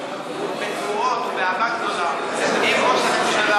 בתרועות ובאהבה גדולה אם ראש הממשלה